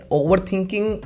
overthinking